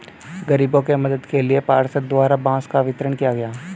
गरीबों के मदद के लिए पार्षद द्वारा बांस का वितरण किया गया